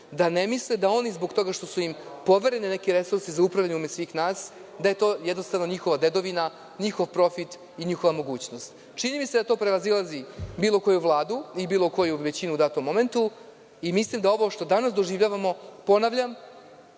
da ne misle da oni, zbog toga što su im povereni neki resursi za upravljanje u ime svih nas, da je to jednostavno njihova dedovina, njihov profit i njihova mogućnost. Čini mi se da to prevazilazi bilo koju vladu i bilo koju većinu u datom momentu i mislim da ovo što danas doživljavamo, ponavljam,